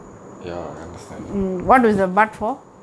ya I understand